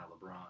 LeBron